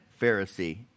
Pharisee